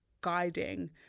guiding